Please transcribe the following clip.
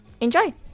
Enjoy